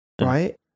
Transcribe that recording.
right